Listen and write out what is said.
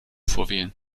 vorwählen